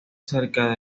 acerca